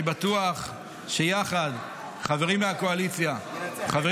אני בטוח שיחד חברים מהקואליציה וחברים